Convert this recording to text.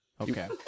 Okay